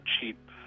cheap